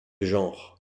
genre